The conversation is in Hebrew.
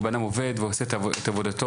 בן אדם עובד ועושה את עבודתו,